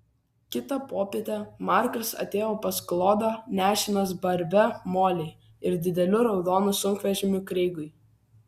kitą popietę markas atėjo pas klodą nešinas barbe molei ir dideliu raudonu sunkvežimiu kreigui